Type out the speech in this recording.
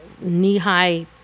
knee-high